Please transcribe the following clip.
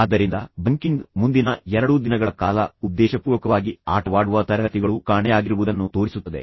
ಆದ್ದರಿಂದ ಬಂಕಿಂಗ್ ಮುಂದಿನ ಎರಡು ದಿನಗಳ ಕಾಲ ಉದ್ದೇಶಪೂರ್ವಕವಾಗಿ ಆಟವಾಡುವ ತರಗತಿಗಳು ಕಾಣೆಯಾಗಿರುವುದನ್ನು ತೋರಿಸುತ್ತದೆ